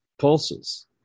pulses